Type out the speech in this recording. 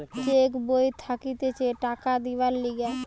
check বই থাকতিছে টাকা দিবার লিগে